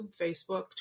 Facebook